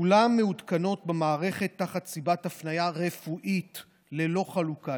כולן מעודכנות במערכת תחת סיבת הפניה רפואית ללא חלוקה,